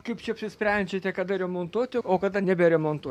kaip čia apsisprendžiate kada remontuoti o kada neberemontuoti